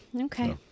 Okay